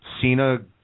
Cena